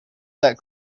that